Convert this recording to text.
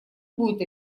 будет